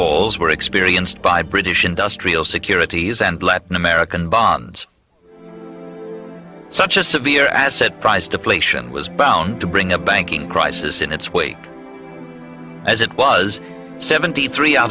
tolls were experienced by british industrial securities and latin american bonds such a severe asset price deflation was bound to bring a banking crisis in its wake as it was seventy three out